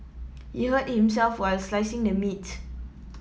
he hurt himself while slicing the meat